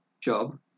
job